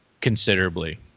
considerably